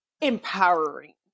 empowering